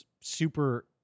super